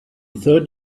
third